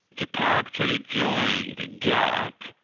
japan actually joined the gatt,